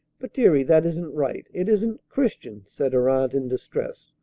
but, deary, that isn't right! it isn't christian! said her aunt in distress.